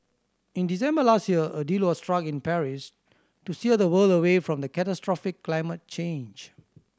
in December last year a deal was struck in Paris to steer the world away from catastrophic climate change